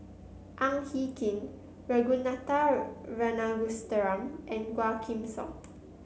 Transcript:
Ang Hin Kee Ragunathar Kanagasuntheram and Quah Kim Song